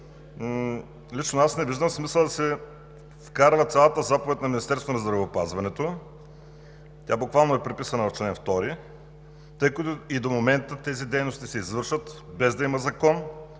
лично аз не виждам смисъл да се вкарва цялата заповед на Министерството на здравеопазването, която буквално е преписана в чл. 2, тъй като и до момента тези дейности се извършват, без да има закон